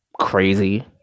crazy